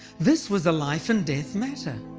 this was a life and death matter.